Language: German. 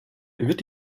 wird